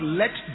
let